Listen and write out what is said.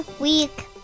week